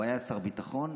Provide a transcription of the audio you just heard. הוא היה שר ביטחון,